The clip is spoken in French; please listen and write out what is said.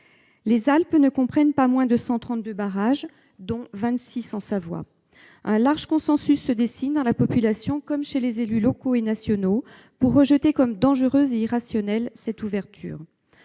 Les Alpes comprennent pas moins de 132 barrages, dont 26 en Savoie. Un large consensus se dessine dans la population, comme chez les élus locaux et nationaux, pour rejeter cette mise en concurrence jugée